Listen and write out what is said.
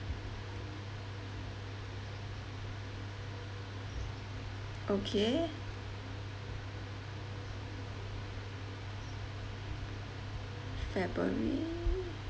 okay february